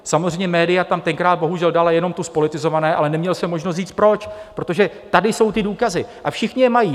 Samozřejmě, média tam tenkrát bohužel dala jenom to zpolitizované, ale neměl jsem možnost říct proč: protože tady jsou ty důkazy a všichni je mají.